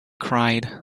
cried